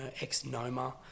ex-Noma